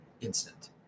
instant